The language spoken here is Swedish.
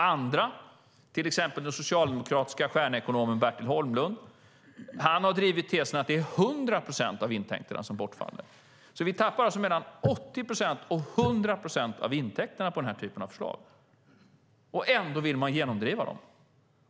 Andra, till exempel den socialdemokratiska stjärnekonomen Bertil Holmlund, har drivit tesen att det är 100 procent av intäkterna som bortfaller. Vi tappar alltså mellan 80 och 100 procent av intäkterna med denna typ av förslag. Ändå vill man genomdriva dem.